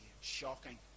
shocking